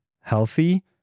healthy